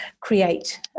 create